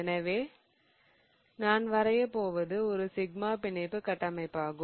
எனவே நான் வரையப் போவது ஒரு சிக்மா பிணைப்பு கட்டமைப்பாகும்